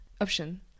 option